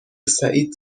سعید